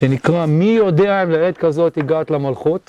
זה נקרא, מי יודע אם לעת כזאת היגעת למלכות?